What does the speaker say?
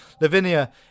Lavinia